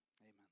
Amen